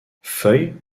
feuilles